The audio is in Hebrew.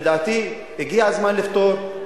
לדעתי, הגיע הזמן לפתור.